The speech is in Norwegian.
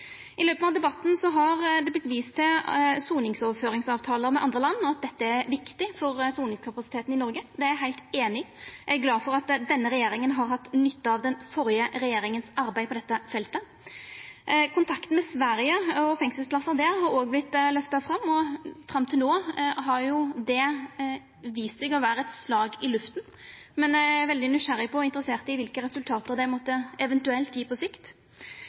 i verk bygging. I løpet av debatten har det vorte vist til soningsoverføringavtaler med andre land, og at dette er viktig for soningskapasiteten i Noreg. Det er eg heilt einig i. Eg er glad for at denne regjeringa har hatt nytte av den førre regjeringa sitt arbeid på dette feltet. Kontakten med Sverige og fengselsplassar der har òg vorte lyfta fram. Fram til no har det vist seg å vera eit slag i lufta, men eg er veldig nysgjerrig på og interessert i kva resultat det eventuelt måtte gje på sikt.